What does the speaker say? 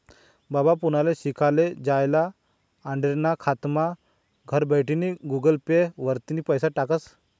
बाबा पुनाले शिकाले जायेल आंडेरना खातामा घरबठीन गुगल पे वरतीन पैसा टाकस